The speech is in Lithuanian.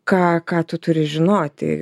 ką ką tu turi žinoti